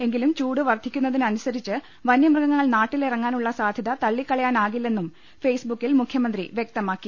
എങ്കിലും ചൂട് വർധിക്കു ന്നതിനനുസരിച്ച് വനൃഗങ്ങൾ നാട്ടിലിറങ്ങാനുള്ള സാധൃത തള്ളിക്കളയാനാകില്ലെന്നും ഫേസ് ബുക്കിൽ മുഖ്യമന്ത്രി വൃക്തമാക്കി